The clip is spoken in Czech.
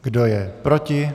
Kdo je proti?